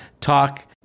talk